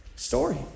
Story